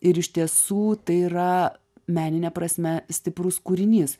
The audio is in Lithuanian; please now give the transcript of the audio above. ir iš tiesų tai yra menine prasme stiprus kūrinys